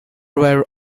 were